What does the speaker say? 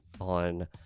on